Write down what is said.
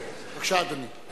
יודע, בבקשה, אדוני.